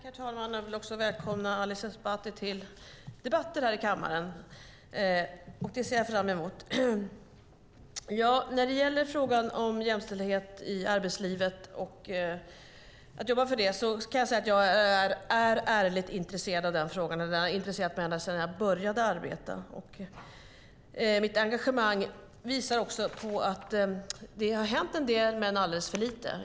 Herr talman! Jag vill också välkomna Ali Esbati till debatterna i kammaren. Jag ser fram emot dem. Jag är ärligt intresserad av att jobba för jämställdhet i arbetslivet. Den frågan har intresserat mig ända sedan jag började arbeta. Mitt engagemang visar att det har hänt en del, men det är alldeles för lite.